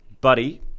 buddy